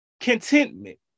Contentment